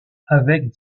avec